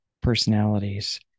personalities